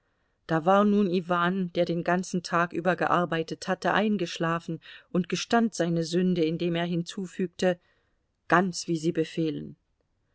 da war nun iwan der den ganzen tag über gearbeitet hatte eingeschlafen und gestand seine sünde indem er hinzufügte ganz wie sie befehlen